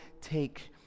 take